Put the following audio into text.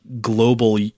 global